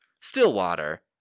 Stillwater